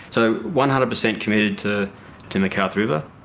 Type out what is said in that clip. so one hundred percent committed to to mcarthur river.